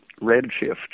redshift